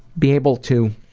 be able to,